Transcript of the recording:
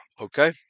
okay